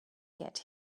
get